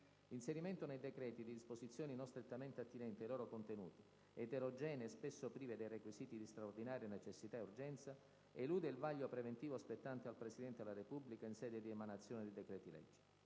L'inserimento nei decreti di disposizioni non strettamente attinenti ai loro contenuti, eterogenee e spesso prive dei requisiti di straordinaria necessità ed urgenza, elude il vaglio preventivo spettante al Presidente della Repubblica in sede di emanazione dei decreti-legge.